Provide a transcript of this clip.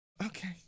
Okay